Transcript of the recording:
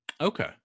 Okay